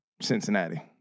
Cincinnati